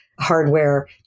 hardware